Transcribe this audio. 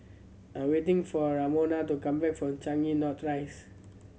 I waiting for Ramona to come back from Changi North Rise